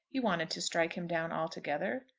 he wanted to strike him down altogether?